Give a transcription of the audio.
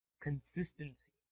consistency